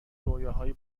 رویاهای